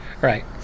right